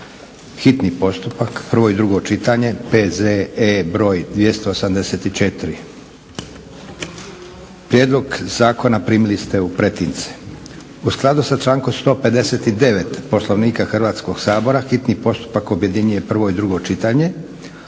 hitni postupak, prvo i drugo čitanje, P.Z.E. br.284; Prijedlog zakona primili ste u pretince. U skladu sa člankom 159. Poslovnika Hrvatskog sabor hitni postupak objedinjuje prvo i drugo čitanje,